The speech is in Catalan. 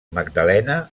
magdalena